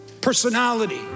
personality